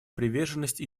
приверженность